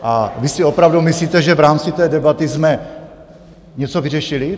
A vy si opravdu myslíte, že v rámci té debaty jsme něco vyřešili?